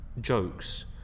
jokes